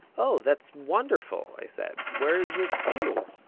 oh, that's wonderful, i said, where's it to?